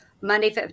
Monday